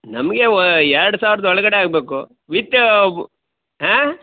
ನಮಗೆ ಎರಡು ಸಾವಿರದ ಒಳಗಡೆ ಆಗ್ಬೇಕು ವಿತ್ ಆಂ